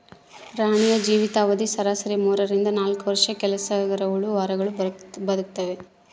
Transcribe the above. ರಾಣಿಯ ಜೀವಿತ ಅವಧಿ ಸರಾಸರಿ ಮೂರರಿಂದ ನಾಲ್ಕು ವರ್ಷ ಕೆಲಸಗರಹುಳು ವಾರಗಳು ಬದುಕ್ತಾವೆ